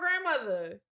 grandmother